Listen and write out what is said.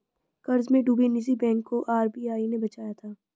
कर्ज में डूबे निजी बैंक को आर.बी.आई ने बचाया था